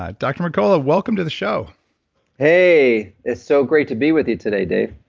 ah dr. mercola, welcome to the show hey, it's so great to be with you today, dave